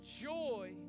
joy